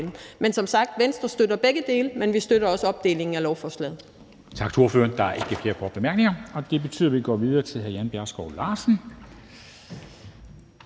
Men som sagt støtter Venstre begge dele, men vi støtter også opdelingen af lovforslaget.